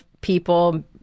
people